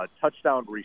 touchdown